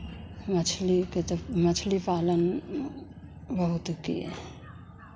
मछली के तो मछली पालन बहुत होती है